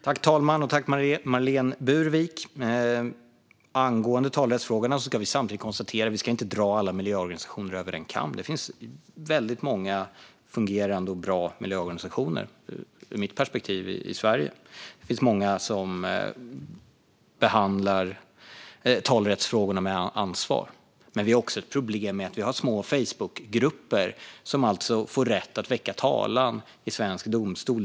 Fru talman! Angående talerättsfrågorna ska vi inte dra alla miljöorganisationer över en kam. Ur mitt perspektiv finns det väldigt många fungerande och bra miljöorganisationer i Sverige. Det finns många som behandlar talerättsfrågorna med ansvar. Men vi har också ett problem med små Facebookgrupper som får rätt att väcka talan i svensk domstol.